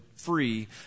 free